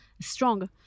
strong